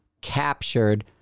captured